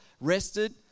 rested